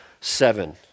seven